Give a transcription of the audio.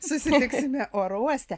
susitiksime oro uoste